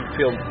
feel